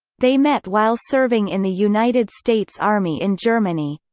they met while serving in the united states army in germany.